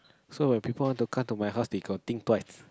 so if people want to come to my house they got think twice